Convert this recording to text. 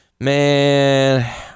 Man